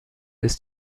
ist